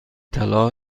طلا